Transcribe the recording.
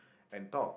and talk